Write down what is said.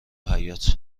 حباط